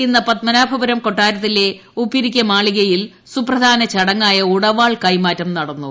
ഇന്ന് പത്മനാഭപുരം കൊട്ടാരത്തിലെ ഉപ്പിരിക്കമാളികയിൽ സുപ്രധാന ചടങ്ങായ ഉടവാൾ കൈമാറ്റം നടന്നു